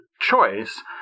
choice